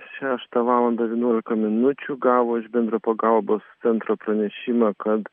šeštą valandą vienuolika minučių gavo iš bendro pagalbos centro pranešimą kad